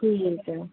ਠੀਕ ਹੈ